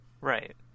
right